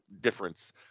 difference